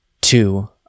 two